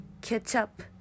ketchup